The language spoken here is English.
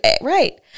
Right